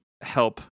help